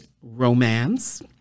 romance